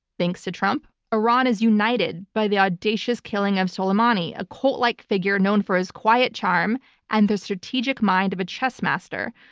thanks to trump, iran is united by the audacious killing of soleimani, a cult-like figure known for his quiet charm and the strategic mind of a chess master.